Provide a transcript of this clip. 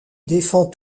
défend